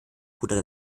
bruder